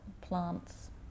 plants